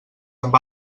amb